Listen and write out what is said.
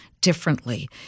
differently